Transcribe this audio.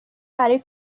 برای